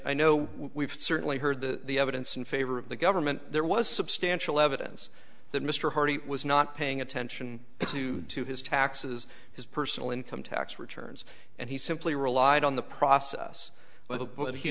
know we've certainly heard the evidence in favor of the government there was substantial evidence that mr hardy was not paying attention to to his taxes his personal income tax returns and he simply relied on the process b